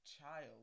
child